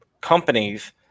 companies